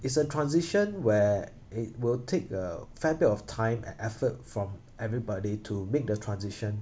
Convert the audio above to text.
it's a transition where it will take a fair bit of time and effort from everybody to make the transition